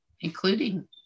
including